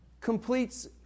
completes